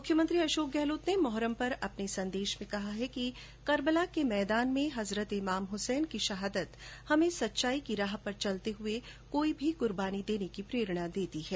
मुख्यमंत्री अशोक गहलोत ने मोहर्रम पर अपने संदेश में कहा है कि कर्बला के मैदान में हजरत इमाम हुसैन की शहादत हमें सच्चाई की राह पर चलते हुए कोई भी कुर्बानी देने की प्रेरणा देती है